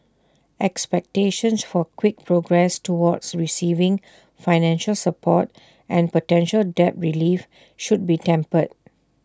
expectations for quick progress toward receiving financial support and potential debt relief should be tempered